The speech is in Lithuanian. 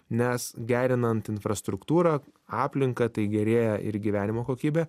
nes gerinant infrastruktūrą aplinką tai gerėja ir gyvenimo kokybė